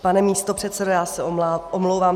Pane místopředsedo, já se omlouvám.